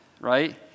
right